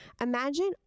Imagine